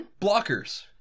Blockers